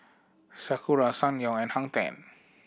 Sakura Ssangyong and Hang Ten